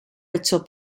hecho